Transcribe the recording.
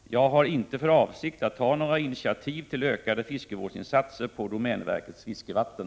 Jag har inte för avsikt att ta några initiativ till ökade fiskevårdsinsatser på domänverkets fiskevatten.